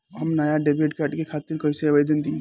हम नया debit card के खातिर कइसे आवेदन दीं?